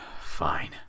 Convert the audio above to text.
Fine